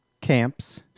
camps